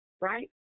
right